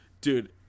Dude